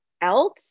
else